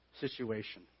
situation